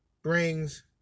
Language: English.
Brings